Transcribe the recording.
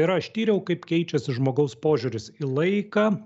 ir aš tyriau kaip keičiasi žmogaus požiūris į laiką